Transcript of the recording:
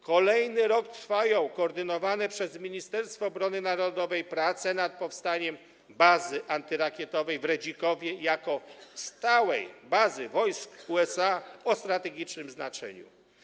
Kolejny rok trwają koordynowane przez Ministerstwo Obrony Narodowej prace nad powstaniem bazy antyrakietowej w Redzikowie jako stałej bazy wojsk USA o strategicznym znaczeniu.